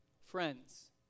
Friends